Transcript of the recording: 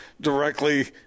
directly